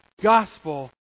gospel